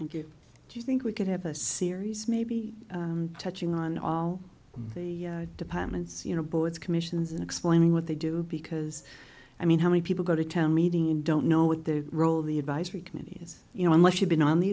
you do you think we could have a series maybe touching on all the departments you know boards commissions in explaining what they do because i mean how many people go to town meeting and don't know what the role of the advisory committees you know unless you've been on the